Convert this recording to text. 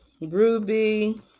ruby